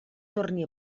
torne